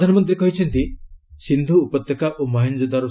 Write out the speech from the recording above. ପ୍ରଧାନମନ୍ତ୍ରୀ କହିଛନ୍ତି ସିନ୍ଧୁ ଉପତ୍ୟକା ଓ ମହେଞ୍ଜୋଦାରେ